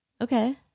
Okay